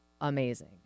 amazing